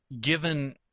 Given